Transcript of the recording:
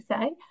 say